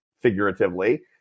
figuratively